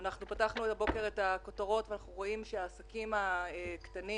פתחנו את כותרות הבוקר ואנחנו רואים שהעסקים הקטנים